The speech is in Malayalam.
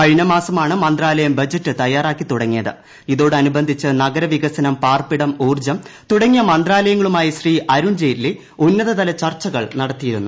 കഴിഞ്ഞ് മാസമാണ് മന്ത്രാലയം ബജറ്റ് തയ്യാറാക്കി തുടങ്ങിയക്ക് ഇതോടനുബന്ധിച്ച് നഗരവികസനം പാർപ്പിടം ഊർജ്ജിക്ക് തുടങ്ങിയ മന്ത്രാലയങ്ങളുമായി ശ്രീ അരുൺ ജെയ്റ്റ്ലി ഉന്നതതല ചർച്ചകൾ നടത്തിയിരുന്നു